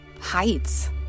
heights